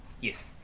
Yes